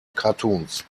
cartoons